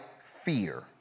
Fear